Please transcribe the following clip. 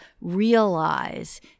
realize